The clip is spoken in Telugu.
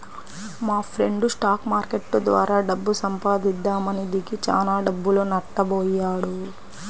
మాఫ్రెండు స్టాక్ మార్కెట్టు ద్వారా డబ్బు సంపాదిద్దామని దిగి చానా డబ్బులు నట్టబొయ్యాడు